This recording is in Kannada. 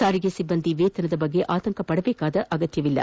ಸಾರಿಗೆ ಸಿಬ್ಲಂದಿ ವೇತನದ ಬಗ್ಗೆ ಆತಂಕಪಡಬೇಕಾದ ಅಗತ್ತವಿಲ್ಲ